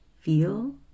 feel